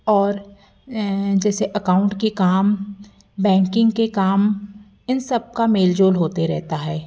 और जैसे अकाउंट के काम बैंकिंग के काम इन सबका मेल जोल होता रहता है